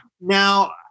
Now